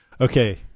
okay